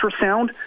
ultrasound